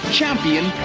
champion